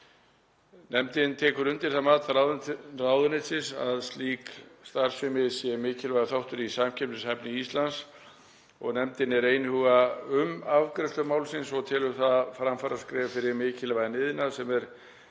Nefndin tekur undir það mat ráðuneytisins að slík starfsemi sé mikilvægur þáttur í samkeppnishæfni Íslands. Nefndin er einhuga um afgreiðslu málsins og telur það framfaraskref fyrir mikilvægan iðnað sem er